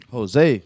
Jose